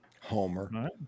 Homer